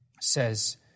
says